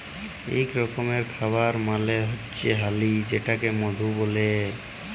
ইক রকমের খাবার মালে হচ্যে হালি যেটাকে মধু ব্যলে